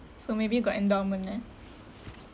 so maybe got endowment ah